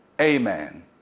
amen